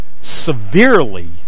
severely